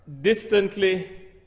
distantly